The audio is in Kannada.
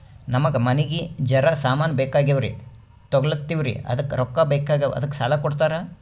ನಮಗ ಮನಿಗಿ ಜರ ಸಾಮಾನ ಬೇಕಾಗ್ಯಾವ್ರೀ ತೊಗೊಲತ್ತೀವ್ರಿ ಅದಕ್ಕ ರೊಕ್ಕ ಬೆಕಾಗ್ಯಾವ ಅದಕ್ಕ ಸಾಲ ಕೊಡ್ತಾರ?